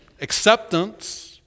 acceptance